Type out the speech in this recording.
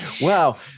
Wow